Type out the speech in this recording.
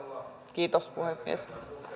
kiitos puhemies